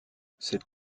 cette